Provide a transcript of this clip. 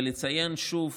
ולציין שוב